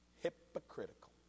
Hypocritical